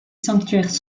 sanctuaire